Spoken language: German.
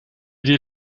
idee